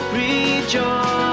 rejoice